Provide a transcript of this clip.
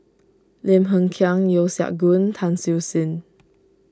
Lim Hng Kiang Yeo Siak Goon Tan Siew Sin